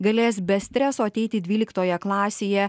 galės be streso ateiti dvyliktoje klasėje